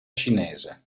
cinese